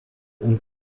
und